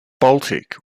baltic